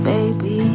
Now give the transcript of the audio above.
Baby